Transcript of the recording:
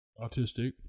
autistic